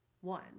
One